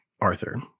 Arthur